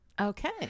Okay